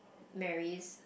marries